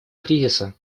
кризиса